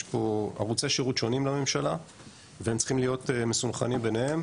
כי יש פה ערוצי שירות שונים לממשלה והם צריכים להיות מסונכרנים ביניהם,